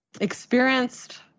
experienced